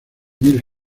mill